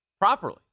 properly